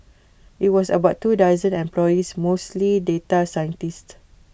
IT was about two dozen employees mostly data scientists